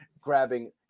grabbing